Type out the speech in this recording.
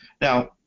now